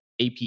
AP